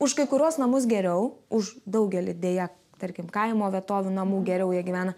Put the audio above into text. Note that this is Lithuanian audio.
už kai kuriuos namus geriau už daugelį deja tarkim kaimo vietovių namų geriau jie gyvena